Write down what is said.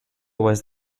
was